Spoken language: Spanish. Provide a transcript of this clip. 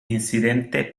incidente